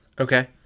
Okay